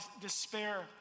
despair